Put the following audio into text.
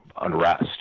unrest